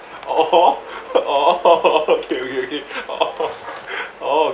orh orh okay okay okay orh orh